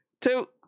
two